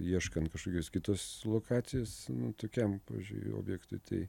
ieškant kažkokios kitos lokacijos nu tokiam pavyzdžiui objektui tai